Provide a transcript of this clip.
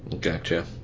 gotcha